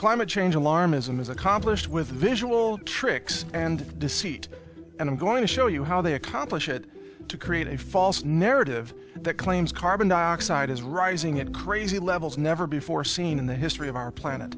climate change alarmism is accomplished with visual tricks and deceit and i'm going to show you how they accomplish it to create a false narrative that claims carbon dioxide is rising in crazy levels never before seen in the history of our planet